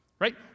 right